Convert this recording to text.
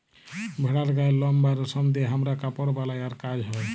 ভেড়ার গায়ের লম বা রেশম দিয়ে হামরা কাপড় বালাই আর কাজ হ্য়